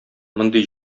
мондый